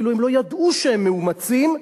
אפילו הם לא ידעו שהם מאומצים,